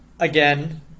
Again